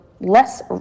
less